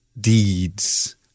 deeds